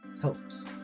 helps